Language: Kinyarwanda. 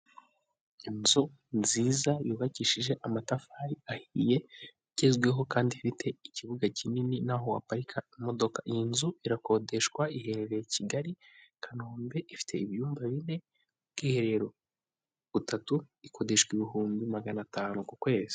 Inzu nziza yubakishije amatafari ahiye igezweho kandi ifite ikibuga kinini n'aho waparika imodoka. Iyi nzu irakodeshwa iherereye i Kigali, Kanombe. Ifite ibyumba bine, ubwiherero butatu, ikodeshwa ibihumbi magana atanu ku kwezi.